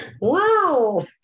wow